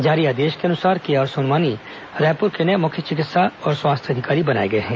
जारी आदेश के अनुसार केआर सोनवानी रायपुर के नये मुख्य चिकित्सा स्वास्थ्य अधिकारी बनाए गए हैं